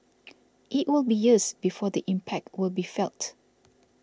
it will be years before the impact will be felt